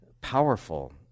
powerful